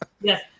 yes